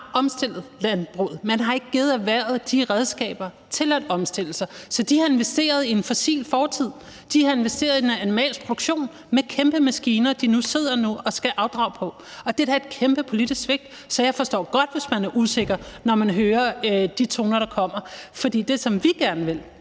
omstillet landbruget. Man har ikke givet erhvervet de redskaber til at omstille sig, så de har investeret i en fossil fortid, de har investeret i en animalsk produktion med kæmpe maskiner, som de nu sidder og skal afdrage på. Det er da et kæmpe politisk svigt, så jeg forstår godt, hvis man er usikker, når man hører de toner, der kommer. Det, som vi gerne vil,